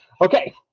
Okay